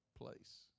place